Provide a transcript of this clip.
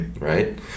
right